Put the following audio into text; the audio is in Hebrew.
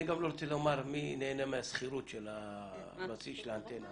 אני גם לא רוצה לומר מי נהנה מהשכירות של הבסיס של האנטנה.